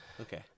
Okay